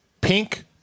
pink